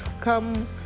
come